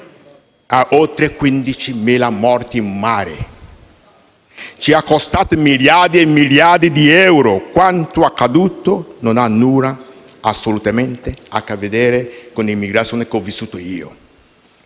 a oltre 15.000 morti in mare e ci è costata miliardi e miliardi di euro: quanto accaduto non ha assolutamente nulla a che vedere con l'immigrazione che ho vissuto io.